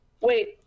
Wait